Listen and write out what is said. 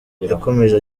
yakomeje